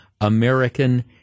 American